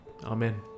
Amen